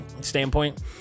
standpoint